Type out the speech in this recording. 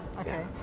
okay